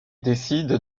décide